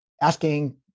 asking